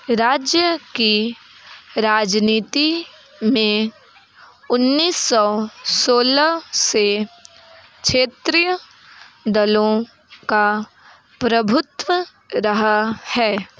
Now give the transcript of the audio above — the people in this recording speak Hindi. राज्य की राजनीति में उन्नीस सौ सोलह से क्षेत्रीय दलों का प्रभुत्व रहा है